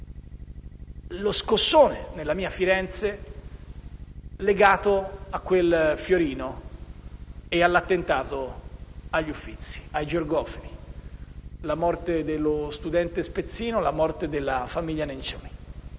lo scossone, nella mia Firenze, legato a quella Fiat Fiorino e all'attentato agli Uffizi, ai Georgofili, con la morte dello studente spezzino e della famiglia Nencioni.